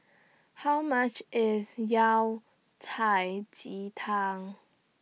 How much IS Yao Cai Ji Tang